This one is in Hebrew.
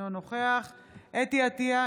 אינו נוכח חוה אתי עטייה,